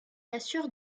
assure